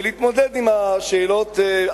ולהתמודד עם השאלות.